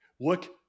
Look